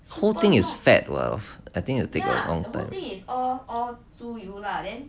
whole thing is fat [what] I think will take a long time